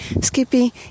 skippy